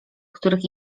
których